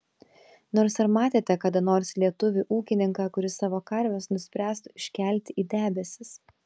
nors ar matėte kada nors lietuvį ūkininką kuris savo karves nuspręstų iškelti į debesis